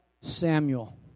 Samuel